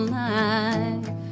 life